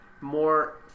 more